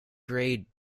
grey